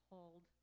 Hold